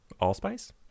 Allspice